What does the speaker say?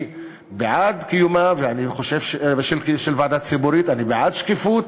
אני בעד קיומה של ועדה ציבורית, אני בעד שקיפות,